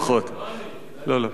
זה לא אני, בסדר גמור.